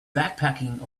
backpacking